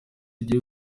igiye